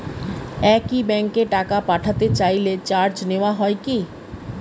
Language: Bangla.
একই ব্যাংকে টাকা পাঠাতে চাইলে চার্জ নেওয়া হয় কি?